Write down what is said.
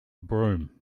broom